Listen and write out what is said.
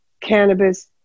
cannabis